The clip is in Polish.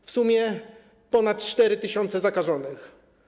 W sumie ponad 4 tys. zakażonych.